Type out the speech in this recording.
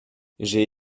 j’ai